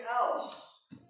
else